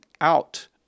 out